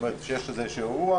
כלומר כשיש איזשהו אירוע